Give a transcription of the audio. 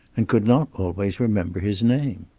and could not always remember his name!